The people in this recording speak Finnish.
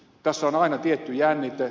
tässä on aina tietty jännite